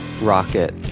rocket